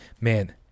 man